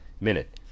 Minute